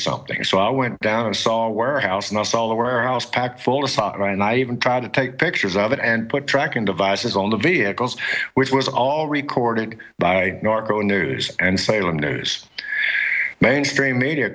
something so i went down and saw warehouse notes all the warehouse packed full of stock and i even tried to take pictures of it and put tracking devices on the vehicles which was all recorded by norco news and salem news mainstream media